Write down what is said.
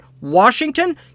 Washington